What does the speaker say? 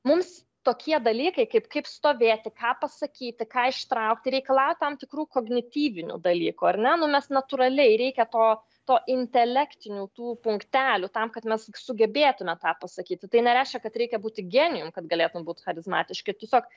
mums tokie dalykai kaip kaip stovėti ką pasakyti ką ištraukti reikalauja tam tikrų kognityvinių dalykų ar ne nu mes natūraliai reikia to to intelektinių tų punktelių tam kad mes sugebėtume tą pasakyti tai nereiškia kad reikia būti genijum kad galėtum būti charizmatiški tiesiog